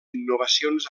innovacions